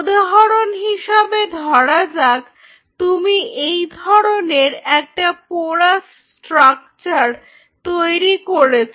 উদাহরন হিসাবে ধরা যাক তুমি এই ধরনের একটা পোরাস্ স্ট্রাকচার তৈরি করেছ